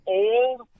old